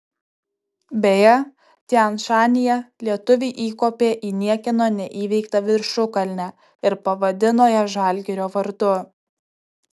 beje tian šanyje lietuviai įkopė į niekieno neįveiktą viršukalnę ir pavadino ją žalgirio vardu